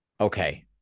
okay